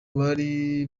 bari